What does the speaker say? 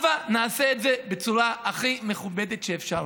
הבה נעשה את זה בצורה הכי מכובדת שאפשר.